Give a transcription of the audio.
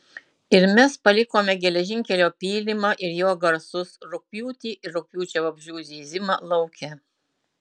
ir mes palikome geležinkelio pylimą ir jo garsus rugpjūtį ir rugpjūčio vabzdžių zyzimą lauke